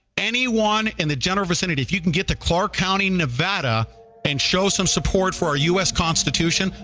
anyone in the general vicinity, if you can get to clark county, nevada and show some support for our u s. constitution,